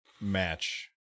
match